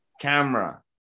camera